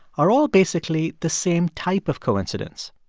are all basically the same type of coincidence,